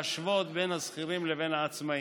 להשוות בין השכירים לבין העצמאים.